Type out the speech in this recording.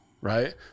right